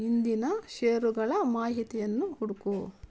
ಇಂದಿನ ಷೇರುಗಳ ಮಾಹಿತಿಯನ್ನು ಹುಡುಕು